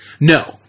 No